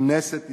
כנסת ישראל,